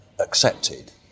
accepted